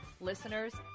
Listeners